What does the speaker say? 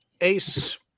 Ace